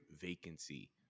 vacancy